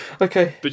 Okay